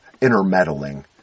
intermeddling